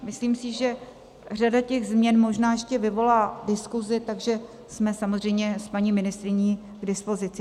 Myslím si, že řada těch změn možná ještě vyvolá diskusi, takže jsme samozřejmě s paní ministryní k dispozici.